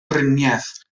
driniaeth